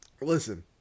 listen